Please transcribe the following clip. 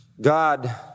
God